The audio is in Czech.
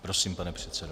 Prosím, pane předsedo.